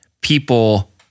people